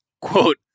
quote